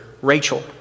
Rachel